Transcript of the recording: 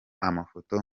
amafoto